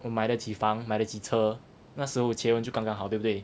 我买得起房买得起车那时候结婚就刚刚好对不对